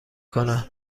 کنند